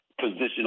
position